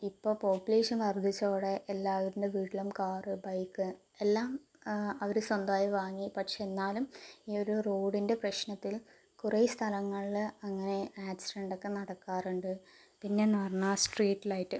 ഇപ്പോൾ പോപുലേഷൻ വർദ്ധിച്ചതോടെ എല്ലാവരുടെ വീട്ടിലും കാറ് ബൈക്ക് എല്ലാം അവർ സ്വന്തമായി വാങ്ങി പക്ഷെ എന്നാലും ഈ ഒരു റോഡിൻ്റെ പ്രശ്നത്തിൽ കുറേ സ്ഥലങ്ങളിൽ അങ്ങനെ ആക്സിഡൻറ്റ് ഒക്കെ നടക്കാറുണ്ട് പിന്നെ എന്ന് പറഞ്ഞാൽ സ്ട്രീറ്റ് ലൈറ്റ്